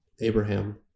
Abraham